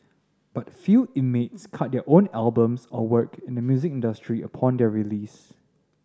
but few inmates cut their own albums or work in the music industry upon their release